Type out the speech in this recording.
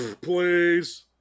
Please